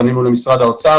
פנינו למשרד האוצר,